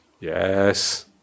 Yes